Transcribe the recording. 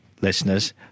listeners